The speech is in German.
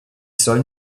sollen